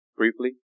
briefly